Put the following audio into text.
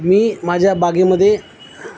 मी माझ्या बागेमध्ये